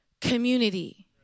community